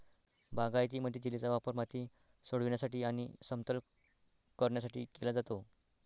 बागायतीमध्ये, जेलीचा वापर माती सोडविण्यासाठी आणि समतल करण्यासाठी केला जातो